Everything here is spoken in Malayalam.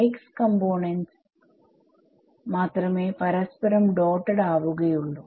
x കമ്പോണെന്റ്സ്മാത്രമേ പരസ്പരം ഡോട്ടഡ് ആവുകയുള്ളൂ